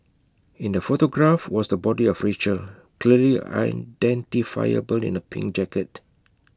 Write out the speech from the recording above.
in the photograph was the body of Rachel clearly identifiable in A pink jacket